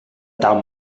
tal